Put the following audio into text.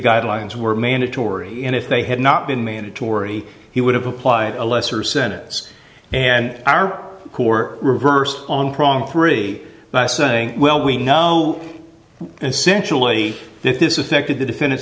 guidelines were mandatory and if they had not been mandatory he would have applied a lesser sentence and are who are reversed on prong three by saying well we know essentially that this affected the defendant